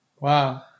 Wow